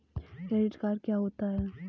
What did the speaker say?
Credit card क्या होता है?